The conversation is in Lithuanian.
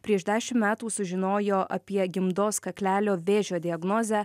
prieš dešim metų sužinojo apie gimdos kaklelio vėžio diagnozę